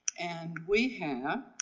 and we have.